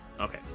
Okay